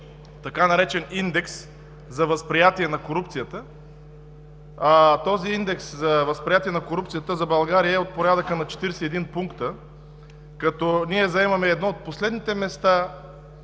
така наречен „индекс за възприятие на корупцията“. Този индекс за възприятие на корупцията за България е от порядъка на 41 пункта, като ние заемаме едно от последните места